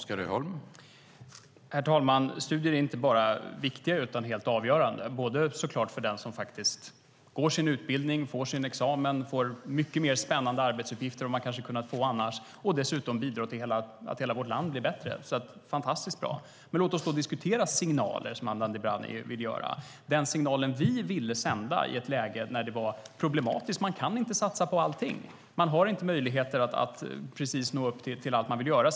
Herr talman! Studier är inte bara viktiga utan helt avgörande för den som går sin utbildning, får sin examen och får mycket mer spännande arbetsuppgifter än man kanske hade kunnat få annars, och dessutom bidrar de till att hela vårt land blir bättre. Det är fantastiskt bra. Men låt oss då diskutera signaler, som Adnan Dibrani vill, och den signal som vi ville sända i ett läge där det var problematiskt. Man kan inte satsa på allt. Man har inte möjligheter att nå upp till allt man vill göra.